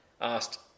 asked